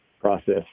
process